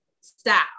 style